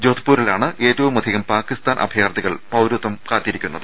ജോധ്പൂരിലാണ് ഏറ്റവും അധികം പാക്കിസ്ഥാൻ അഭയാർത്ഥികൾ പൌരത്വം കാത്തിരിക്കുന്നത്